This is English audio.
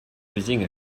using